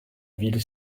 ville